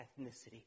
ethnicity